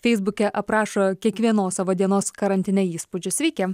feisbuke aprašo kiekvienos savo dienos karantine įspūdžius sveiki